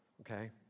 Okay